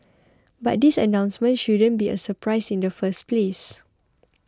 but this announcement shouldn't be a surprise in the first place